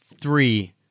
three